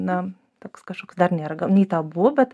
na toks kažkoks dar nėra nei tabu bet